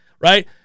right